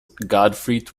gottfried